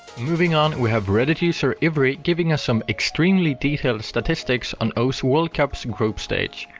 moving on, we have reddit user ivrih giving us some extremely detailed statistics on osu! world cup's group stage,